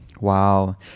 Wow